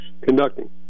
conducting